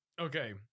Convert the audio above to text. Okay